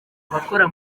abakora